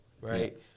right